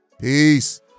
peace